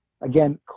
again